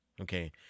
Okay